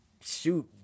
shoot